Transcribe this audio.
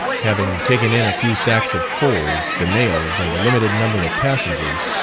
having taken in a few sacks of coals, the mails, and a limited number of passengers,